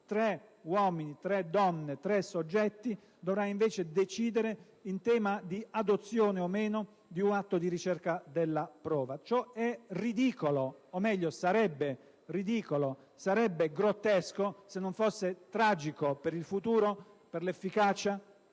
(tre uomini, tre donne, tre soggetti) dovrà invece decidere in tema di adozione o meno di un atto di ricerca della prova. Ciò è ridicolo o, meglio, sarebbe ridicolo e grottesco se non fosse tragico per il futuro, per l'efficacia